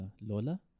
Lola